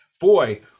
boy